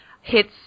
hits